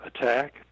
attack